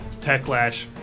techlash